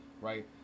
right